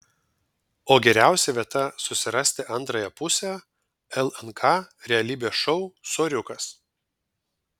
o geriausia vieta susirasti antrąją pusę lnk realybės šou soriukas